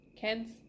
kids